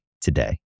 today